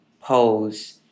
Pose